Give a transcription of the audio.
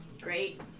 Great